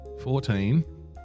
fourteen